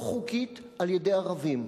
בתוכו שישה מבנים שנבנו שלא כחוק על-ידי ערבים,